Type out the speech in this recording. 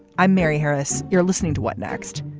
i'm mary harris. you're listening to what next.